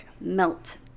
melt